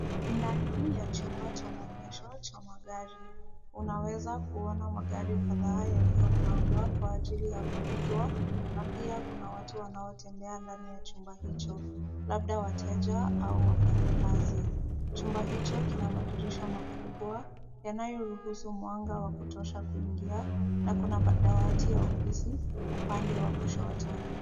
Ndani ya chumba cha maonyesho cha magari. Unaweza kuona magari kadhaa yaliyopangwa kwa ajili ya kuuzwa, na pia kuna watu wanaotembea ndani ya chumba hicho, labda wateja au wafanyikazi. Chumba hicho kina madirisha makubwa, yanayoruhusu mwanga wa kutosha kuingia, na kuna dawati ya ofisi upande wa kushoto.